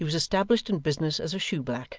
he was established in business as a shoeblack,